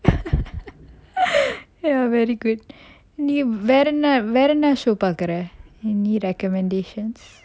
ya very good நீ வேறென்ன வேறென்ன:nee verenna verenna show பாக்குற:pakkura any recommendations